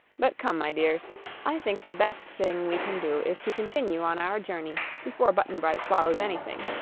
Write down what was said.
but come, my dears i think the best thing we can do is to continue on our journey before button-bright swallows anything.